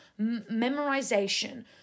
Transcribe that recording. memorization